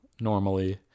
normally